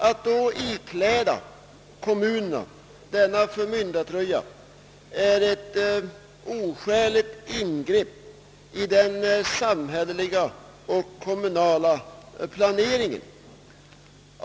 Att då ikläda kommunerna en förmyndartröja, innebär ett oskäligt ingrepp i den samhälleliga och kommunala planeringen.